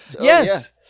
Yes